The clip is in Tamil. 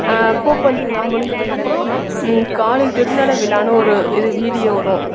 பூ பந்து விழா முடிஞ்சதுக்கப்புறோம் காலை திருஞான விழான்னு ஒரு இது வீடியோ வரும்